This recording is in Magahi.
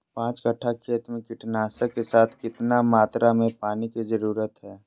पांच कट्ठा खेत में कीटनाशक के साथ कितना मात्रा में पानी के जरूरत है?